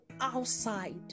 outside